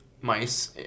mice